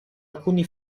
alcuni